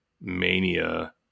mania